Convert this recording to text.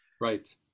Right